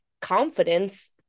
confidence